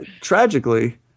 tragically